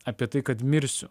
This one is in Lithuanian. apie tai kad mirsiu